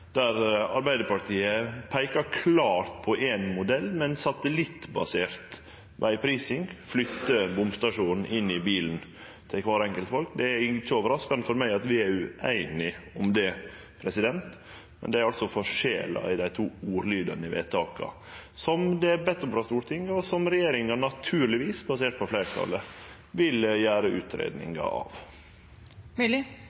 der Arbeidarpartiet peikar klart på ein modell med ei satellittbasert vegprising – flyttar bomstasjonen inn i bilen til kvar enkelt. Det er ikkje overraskande for meg at vi er ueinige om det, men det er altså forskjellar på ordlydane i dei to vedtaka, og som det er bedt om frå Stortinget, og som regjeringa naturlegvis, basert på fleirtalet, vil gjere